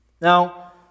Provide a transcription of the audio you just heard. Now